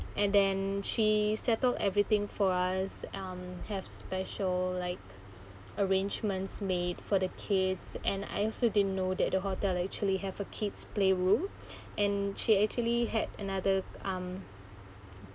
and then she settled everything for us um have special like arrangements made for the kids and I also didn't know that the hotel actually have a kids' playroom and she actually had another um